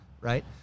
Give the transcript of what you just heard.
right